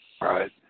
Right